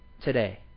today